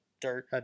dirt